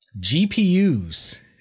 GPUs